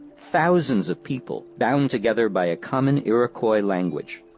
thousands of people bound together by a common iroquois language.